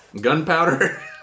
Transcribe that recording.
Gunpowder